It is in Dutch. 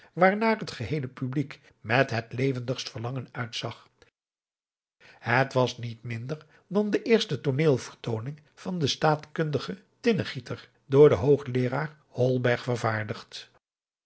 waarnaar het geheele publiek met het levendigst verlangen uitzag het was niet minder dan de eerste tooneelvertooning van den staatkundigen tinnegieter door den hoogleeraar holberg vervaardigd